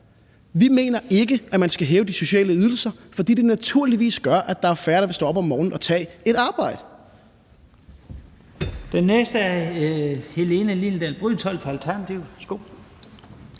Vi mener ikke, at man skal hæve de sociale ydelser, fordi det naturligvis gør, at der er færre, der vil stå op om morgenen og tage et arbejde.